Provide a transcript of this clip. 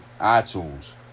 iTunes